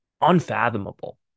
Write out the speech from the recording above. unfathomable